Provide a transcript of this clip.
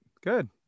good